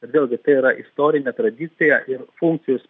bet vėlgi tai yra istorinė tradicija ir funkcijos